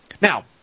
Now